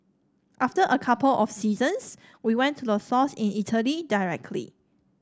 after a couple of seasons we went to the source in Italy directly